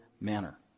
manner